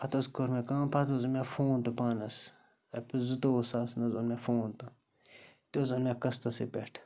پَتہٕ حظ کوٚر مےٚ کٲم پَتہٕ حظ اوٚن مےٚ فون تہٕ پانَس رۄپیَس زٕتووُہ ساسَن حظ اوٚن مےٚ فون تہٕ یہِ تہِ حظ اوٚن مےٚ قٕسطَسٕے پٮ۪ٹھ